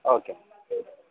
okay